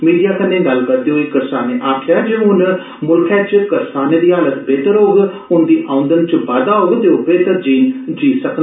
media कन्नै गल्ल करदे होई करसानें आक्खेआ जे हुन मुल्खै च करसानें दी हालत बेहतर होग उन्दी आमदनी च बाद्दा होग ते ओह बेहतर जीन जीऽ सकड़न